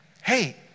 hey